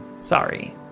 Sorry